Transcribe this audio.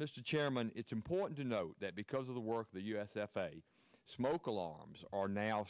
mr chairman it's important to note that because of the work the u s f a a smoke alarms are now